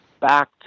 back